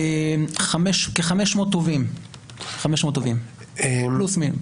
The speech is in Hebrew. כ-500 תובעים פלוס-מינוס.